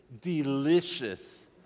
delicious